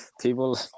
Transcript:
people